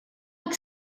like